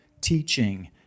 teaching